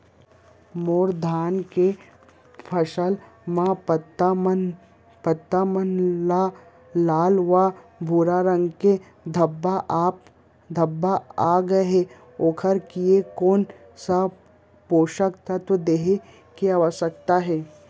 मोर धान के फसल म पत्ता मन म लाल व भूरा रंग के धब्बा आप गए हे ओखर लिए कोन स पोसक तत्व देहे के आवश्यकता हे?